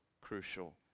crucial